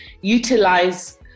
utilize